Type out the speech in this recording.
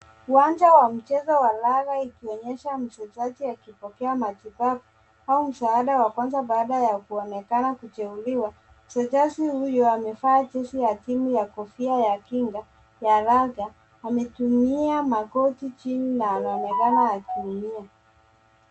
Uwanja wa michezo wa raga ikionyesha mchezaji akipokea matibabu au msaada wa kwanza baada ya kuonekana kujeruhiwa. Mchezaji huyo amevaa jezi ya timu ya kofia ya kinga ya raga, ametumia magoti chini na anaonekana akilia.